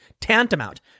tantamount